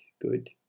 good